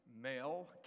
Male